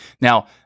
now